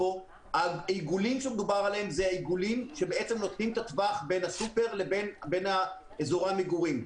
העיגולים שרואים נותנים את הטווח בין הסופרמרקט לבין האזורים הירוקים.